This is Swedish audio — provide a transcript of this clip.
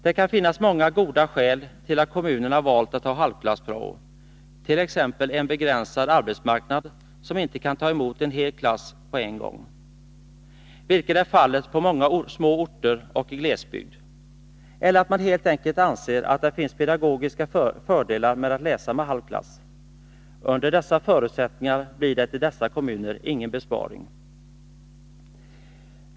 Det kan finnas många goda skäl till att kommunerna valt att ha halvklass-prao, t.ex. en begränsad arbetsmarknad som inte kan ta emot en hel klass på en gång, vilket är fallet på många små orter och i glesbygd, eller'att man helt enkelt anser att det finns pedagogiska fördelar med att läsa med halv klass. Under dessa förutsättningar blir det i dessa kommuner ingen besparing.